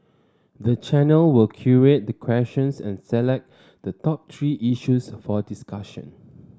the channel will curate the questions and select the top three issues for discussion